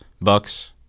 Bucks